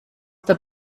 der